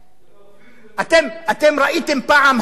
אתם ראיתם פעם הפגנה של גנבים,